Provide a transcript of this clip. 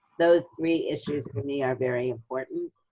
those three issues for me are very important,